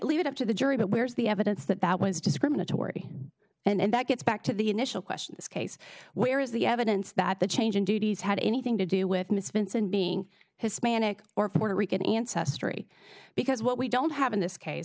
it up to the jury but where's the evidence that that was discriminatory and that gets back to the initial question this case where is the evidence that the change in duties had anything to do with miss vincent being hispanic or puerto rican ancestry because what we don't have in this case